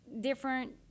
different